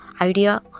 idea